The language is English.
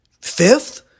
fifth